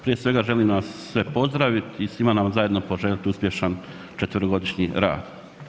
Prije svega, želim vas sve pozdraviti i svima nam zajedno poželjeti uspješan 4-godišnji rad.